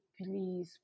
please